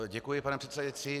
Děkuji, pane předsedající.